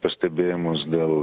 pastebėjimus dėl